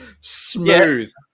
Smooth